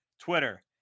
Twitter